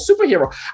superhero